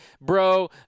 bro